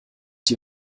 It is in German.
die